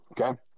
Okay